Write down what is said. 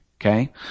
Okay